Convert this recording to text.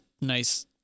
nice